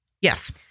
Yes